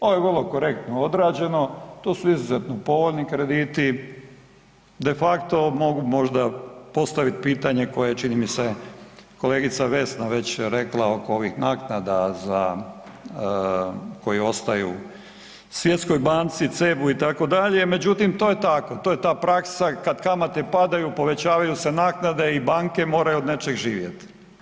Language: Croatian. Ovo je vrlo korektno odrađeno to su izuzetno povoljni krediti, de facto mogu možda postaviti pitanje koje čini mi se kolegica Vesna već rekla oko ovih naknada za, koje ostaju Svjetskoj banci, CEB-u itd., međutim to je tako, to je ta praksa, kad kamate padaju povećavaju se naknade i banke moraju od nečega živjeti.